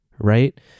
right